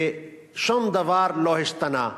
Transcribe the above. ושום דבר לא השתנה.